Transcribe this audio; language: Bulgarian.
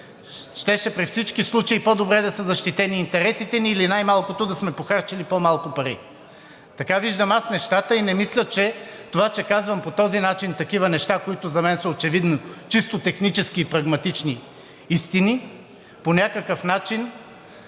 Щяха при всички случаи по-добре да са защитени интересите ни или най-малкото да сме похарчили по-малко пари. Така виждам аз нещата и не мисля, че това, че казвам по този начин такива неща, които за мен са очевидно чисто технически и прагматични истини, по някакъв начин